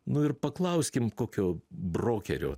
nu ir paklauskim kokio brokerio